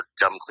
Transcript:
dumb